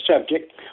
subject